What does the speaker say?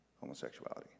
homosexuality